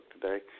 today